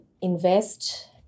invest